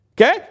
Okay